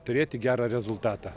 turėti gerą rezultatą